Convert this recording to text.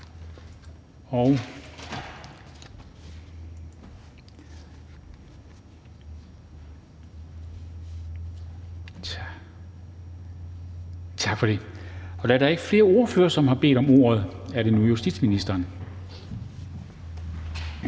bemærkninger. Da der ikke er flere ordførere, som har bedt om ordet, er det nu justitsministeren.